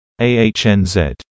AHNZ